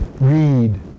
Read